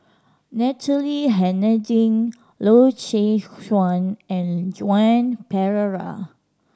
Natalie Hennedige Loy Chye Chuan and Joan Pereira